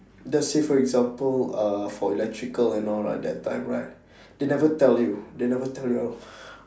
let say for example uh for electrical and all right that time right they never tell you they never tell you